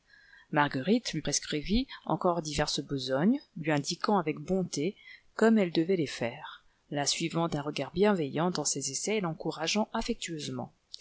marguerite lui prescrivit encore diverses besognes lui indiquant avec bonté comme elle devait les faire la suivant d'un regard bienveillant dans ses essais et l'encourageant aff'ectueusement